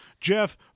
Jeff